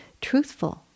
truthful